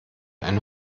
eine